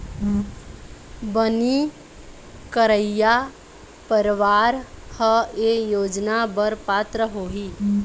बनी करइया परवार ह ए योजना बर पात्र होही